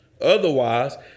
Otherwise